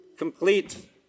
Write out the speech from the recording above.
complete